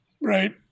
right